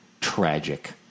tragic